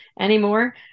anymore